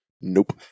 Nope